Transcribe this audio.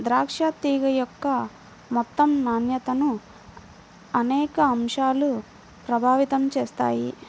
ద్రాక్ష తీగ యొక్క మొత్తం నాణ్యతను అనేక అంశాలు ప్రభావితం చేస్తాయి